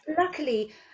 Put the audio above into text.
luckily